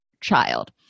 child